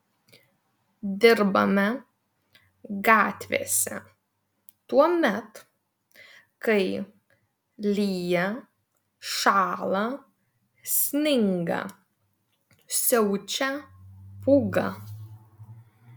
dirbame gatvėse tuomet kai lyja šąla sninga siaučia pūga